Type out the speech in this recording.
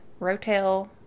rotel